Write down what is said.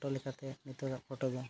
photo ᱞᱮᱠᱟᱛᱮ ᱱᱤᱛᱚᱜᱟᱜ photo ᱫᱚ